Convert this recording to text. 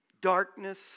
darkness